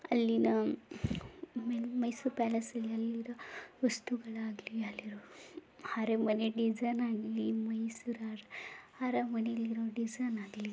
ಅಲ್ಲಿನ ಮೈಸೂರು ಪ್ಯಾಲೇಸಲ್ಲಿ ಅಲ್ಲಿರೋ ವಸ್ತುಗಳಾಗಲಿ ಅಲ್ಲಿರೋ ಅರಮನೆ ಡಿಸೈನ್ ಆಗಲಿ ಮೈಸೂರು ಅರ ಅರಮನೆಯಲ್ಲಿರೋ ಡಿಸೈನ್ ಆಗಲಿ